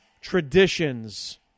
Traditions